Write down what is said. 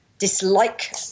dislike